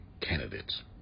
candidates